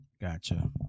Gotcha